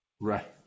Right